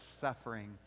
suffering